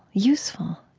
useful,